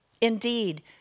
Indeed